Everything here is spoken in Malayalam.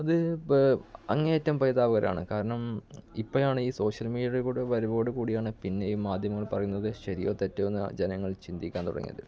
അപ്പോൾ അത് അങ്ങേയറ്റം പരിതാപകരമാണ് കാരണം ഇപ്പോഴാണെങ്കിൽ ഈ സോഷ്യല് മീഡിയയുടെ കൂടെ വരവോടു കൂടിയാണ് പിന്നെ ഈ മാധ്യമങ്ങള് പറയുന്നത് ശരിയോ തെറ്റോ എന്ന് ജനങ്ങള് ചിന്തിക്കാന് തുടങ്ങിയത്